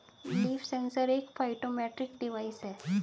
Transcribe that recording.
leaf sensor एक phytometric device है